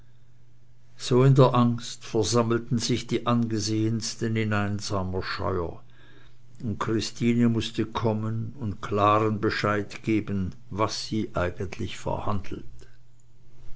so in der angst versammelten sich die angesehensten in einsamer scheuer und christine mußte kommen und klaren bescheid geben was sie eigentlich verhandelt